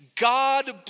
God